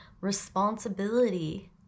responsibility